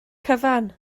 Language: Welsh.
cyfan